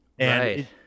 Right